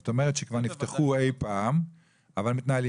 זאת אומרת, הם כבר נפתחו אי פעם אבל מתנהלים.